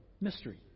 Mystery